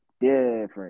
Different